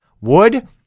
wood